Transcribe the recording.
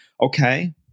okay